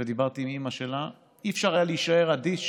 ודיברתי עם אימא שלה, אי-אפשר היה להישאר אדיש